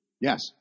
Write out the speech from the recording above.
Yes